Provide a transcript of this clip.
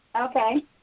Okay